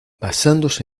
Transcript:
basándose